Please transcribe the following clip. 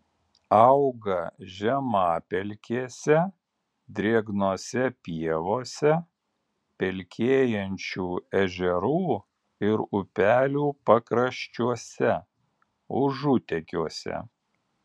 auga žemapelkėse drėgnose pievose pelkėjančių ežerų ir upelių pakraščiuose užutekiuose